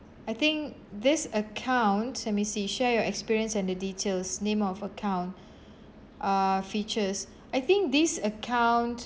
I think this account let me see share your experience and the details name of account uh features I think this account